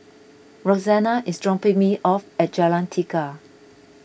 Roxana is dropping me off at Jalan Tiga